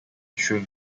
through